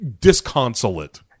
disconsolate